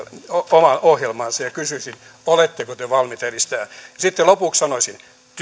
omaan ohjelmaansa ja kysyisin oletteko te valmiita edistämään sitten lopuksi sanoisin